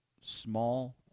small